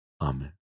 amen